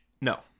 No